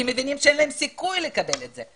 כי מבינים שאין להם סיכוי לקבל את זה,